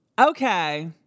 Okay